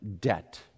debt